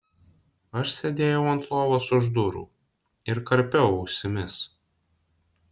aš sėdėjau ant lovos už durų ir karpiau ausimis